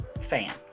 fan